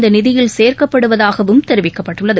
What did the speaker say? இந்தநிதியில் சேர்க்கப்படுவதாகவும் தெரிவிக்கப்பட்டுள்ளது